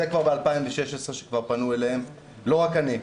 זה כבר ב-2016 שפנו אליהם, לא רק אני,